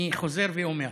אני חוזר ואומר: